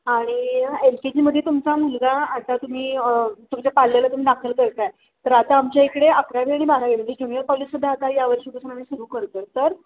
आणि L K जीमध्ये तुमचा मुलगा आता तुम्ही तुमच्या पाल्याला तुम्ही दाखल करत आहे तर आता आमच्या इकडे अकरावी आणि बारावी म्हणजे जुनियर कॉलेजसुद्धा आता या वर्षीपासून आम्ही सुरू करतो आहे तर